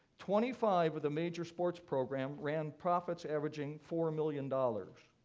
twenty five of the major sports programs ran profits averaging four million dollars.